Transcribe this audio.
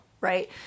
right